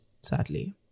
sadly